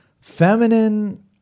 feminine